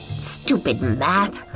stupid math,